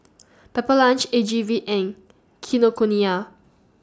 Pepper Lunch A G V and Kinokuniya